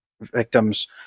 victims